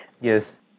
Yes